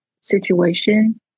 situation